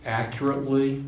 accurately